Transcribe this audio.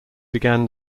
began